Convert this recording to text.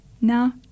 now